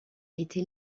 été